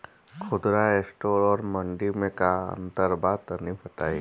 खुदरा स्टोर और मंडी में का अंतर बा तनी बताई?